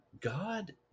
God